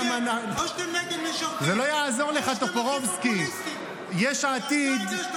ואתה תיתן לי להמשיך ולהשלים את זכות הדיבור שלי כאן על הפודיום.